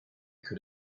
could